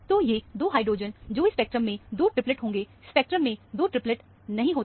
तो ये 2 हाइड्रोजेन जो इस स्पेक्ट्रम में 2 ट्रिपलेट होंगे स्पेक्ट्रम में 2 ट्रिपलेट नहीं होते हैं